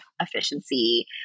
efficiency